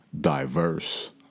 Diverse